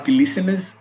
listeners